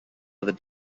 other